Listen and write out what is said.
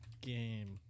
game